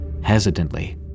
Hesitantly